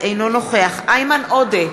אינו נוכח איימן עודה,